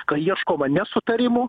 kai ieškoma nesutarimų